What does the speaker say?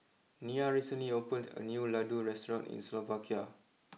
Nia recently opened a new Ladoo restaurant in Slovakia